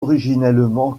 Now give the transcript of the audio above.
originellement